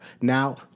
Now